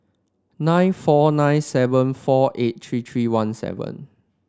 nine four nine seven four eight three three one seven